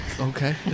Okay